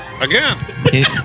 again